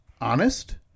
honest